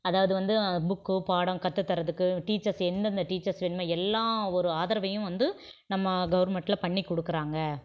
அதாவது வந்து புக்கு பாடம் கத்து தரதுக்கு டீச்சர்ஸ் எந்தெந்த டீச்சர்ஸ் வேணுமோ எல்லா ஒரு ஆதரவையும் வந்து நம்ம கவர்மெண்ட்டில் பண்ணிக் கொடுக்குறாங்க